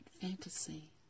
fantasy